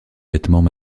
vêtements